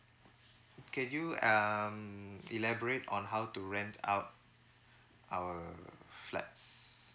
K do you um elaborate on how to rent out our flats